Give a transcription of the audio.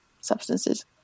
substances